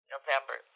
November